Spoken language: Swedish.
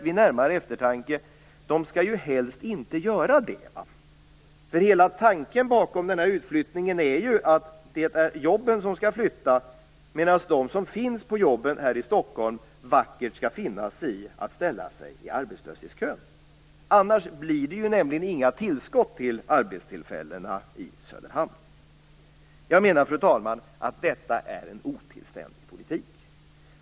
Vid närmare eftertanke skall de ju helst inte göra det, för hela tanken bakom utflyttningen är ju att det är jobben som skall flytta medan de som har jobben här i Stockholm vackert skall finna sig i att ställa sig i arbetslöshetskön. Annars blir det ju nämligen inga tillskott till arbetstillfällena i Söderhamn. Jag menar, fru talman, att detta är en otillständig politik.